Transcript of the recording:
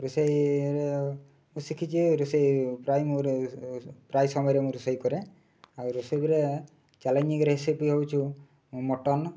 ରୋଷେଇରେ ଶିଖିଚି ରୋଷେଇ ପ୍ରାୟ ମୁଁ ପ୍ରାୟ ସମୟରେ ମୁଁ ରୋଷେଇ କରେ ଆଉ ରୋଷେଇରେ ଚ୍ୟାଲେଞ୍ଜିଂ ରେସିପି ହେଉଛୁ ମଟନ୍